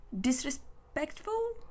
disrespectful